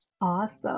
awesome